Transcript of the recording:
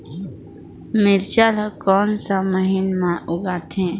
मिरचा ला कोन सा महीन मां उगथे?